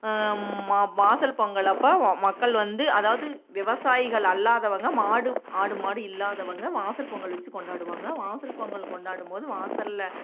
மா வாசல் பொங்கல் அப்போ வ மக்கள் வந்து அதாவது விவசாயிகள் அல்லாதவங்க மாடு ஆடு மாடு இல்லாதவங்க வாசல் பொங்கல் வெச்சு கொண்டாடுவாங்க வாசல் பொங்கல் கொண்டாடும்போது வாசலில்